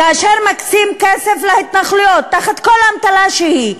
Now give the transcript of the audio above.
כאשר מקצים כסף להתנחלויות בכל אמתלה שהיא,